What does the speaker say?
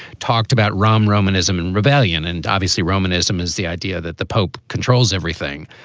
talked about rom roman ism and rebellion. and obviously roman ism is the idea that the pope controls everything.